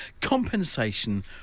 compensation